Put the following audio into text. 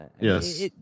yes